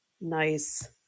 nice